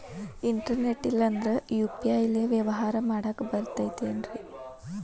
Internet ಇಲ್ಲಂದ್ರ UPI ಲೇ ವ್ಯವಹಾರ ಮಾಡಾಕ ಬರತೈತೇನ್ರೇ?